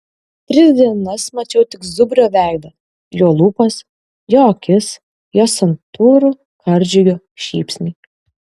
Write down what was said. tris dienas mačiau tik zubrio veidą jo lūpas jo akis jo santūrų karžygio šypsnį